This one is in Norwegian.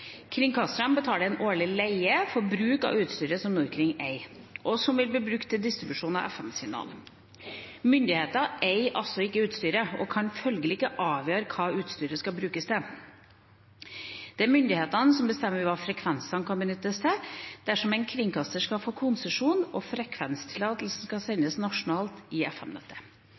betaler en årlig leie for bruk av utstyret som Norkring eier, og som vil bli brukt til distribusjon av FM-signaler. Myndighetene eier altså ikke utstyret og kan følgelig ikke avgjøre hva utstyret skal brukes til. Det er myndighetene som bestemmer hva frekvensene kan benyttes til dersom en kringkaster skal få konsesjon og frekvenstillatelsen skal sendes nasjonalt i